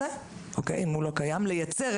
-- ליצור.